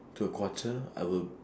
to a quarter I will